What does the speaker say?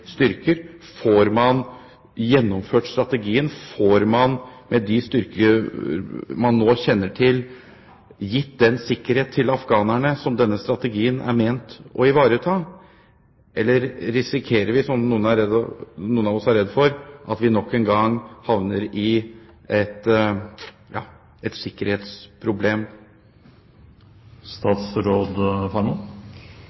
styrker? Får man gjennomført strategien? Får man med de styrker man nå kjenner til, gitt den sikkerhet til afghanerne som denne strategien er ment å ivareta? Eller risikerer vi, som noen av oss er redd for, at vi nok en gang får et